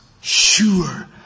sure